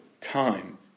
time